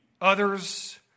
Others